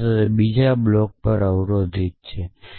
તે બીજા બ્લોક પર અવરોધિત છે